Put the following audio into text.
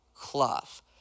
cloth